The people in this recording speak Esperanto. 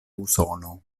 usono